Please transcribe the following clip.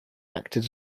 acted